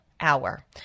Hour